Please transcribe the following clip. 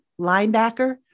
linebacker